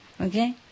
Okay